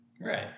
Right